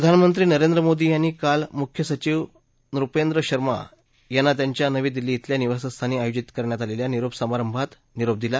प्रधान मंत्री नरेंद्र मोदी यांनी काल मुख्य सचिव नुपेंद्र शर्मा यांना त्यांच्या नवी दिल्ली इथल्या निवासस्थानी आयोजित करण्यात आलेल्या निरोप समारंभात त्यांना निरोप दिला